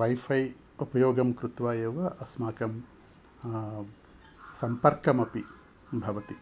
wifi उपयोगं कृत्वा एव अस्माकं सम्पर्कः अपि भवति